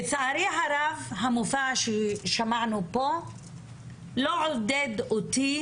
לצערי הרב המופע ששמענו פה לא עודד אותי